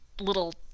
little